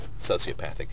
sociopathic